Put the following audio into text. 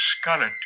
scarlet